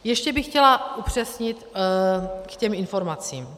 Ještě bych chtěla upřesnit k těm informacím.